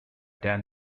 dan